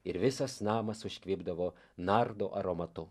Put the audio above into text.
ir visas namas užkvipdavo nardo aromatu